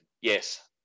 Yes